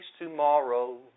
tomorrow